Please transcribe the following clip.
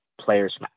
Players